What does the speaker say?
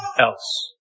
else